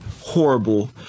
horrible